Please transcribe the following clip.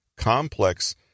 complex